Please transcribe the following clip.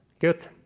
good.